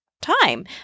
time